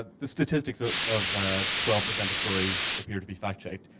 ah the statistics ah of twelve percent of stories appear to be fact-checked.